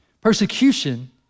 Persecution